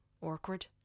Awkward